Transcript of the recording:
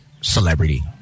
celebrity